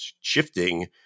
shifting